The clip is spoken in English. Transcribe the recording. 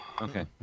Okay